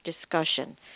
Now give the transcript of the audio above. discussion